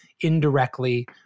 indirectly